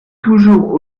toujours